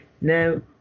Now